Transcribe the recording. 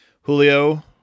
Julio